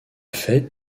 fête